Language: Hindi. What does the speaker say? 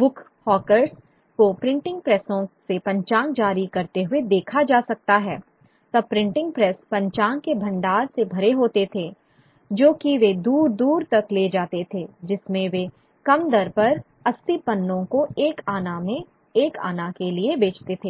बुक हॉकर्स को प्रिंटिंग प्रेसों से पंचांग जारी करते हुए देखा जा सकता है तब प्रिंटिंग प्रेस पंचांग के भंडार से भरे होते थे जो कि वे दूर दूर तक ले जाते थे जिसमें वे कम दर पर 80 पन्नों को एक आना के लिए बेचते थे